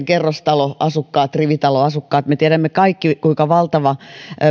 kerrostaloasukkaat rivitaloasukkaat me tiedämme kaikki kuinka valtava